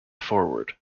forward